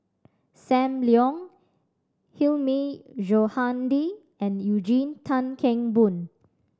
Sam Leong Hilmi Johandi and Eugene Tan Kheng Boon